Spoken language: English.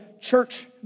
church